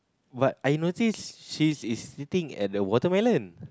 but I noticed she's is sitting at the watermelon